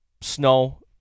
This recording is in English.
snow